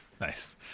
Nice